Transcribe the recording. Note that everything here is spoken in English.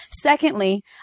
Secondly